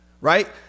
right